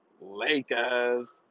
Lakers